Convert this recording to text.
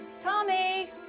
Tommy